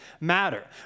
matter